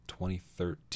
2013